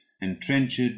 entrenched